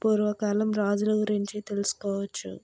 పూర్వకాలం రాజుల గురించి తెలుసుకోవచ్చు